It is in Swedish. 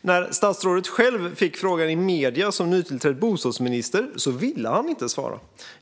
När statsrådet själv fick den frågan i medierna som nytillträdd bostadsminister ville han inte svara.